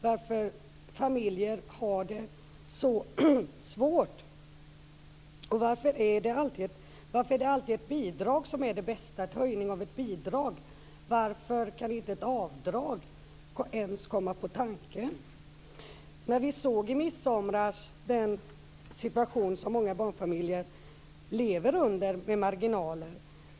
Varför har familjer det så svårt? Varför är det alltid en höjning av ett bidrag som är det bästa? Varför kan inte ett avdrag ens komma på tanke? Vi såg i midsomras den situation som många barnfamiljer lever under med små marginaler.